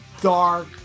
dark